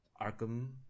Arkham